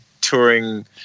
touring